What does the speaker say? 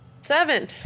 Seven